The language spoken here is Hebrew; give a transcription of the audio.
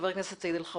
ח"כ סעיד אלחרומי.